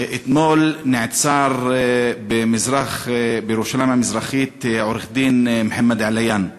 אתמול נעצר בירושלים המזרחית עורך-הדין מוחמד עליאן.